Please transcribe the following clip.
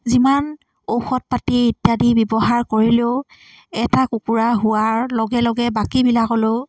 যিমান ঔষধ পাতি ইত্যাদি ব্যৱহাৰ কৰিলেও এটা কুকুৰা হোৱাৰ লগে লগে বাকীবিলাকলৈও